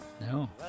No